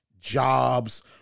jobs